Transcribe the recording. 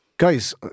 Guys